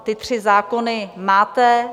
Ty tři zákony máte.